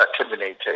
terminated